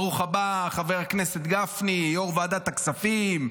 ברוך הבא, חבר הכנסת גפני, יו"ר ועדת הכספים.